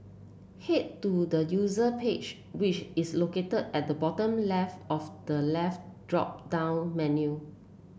head to the user page which is located at the bottom left of the left drop down menu